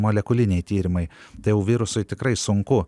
molekuliniai tyrimai tai jau virusui tikrai sunku